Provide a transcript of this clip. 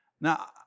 Now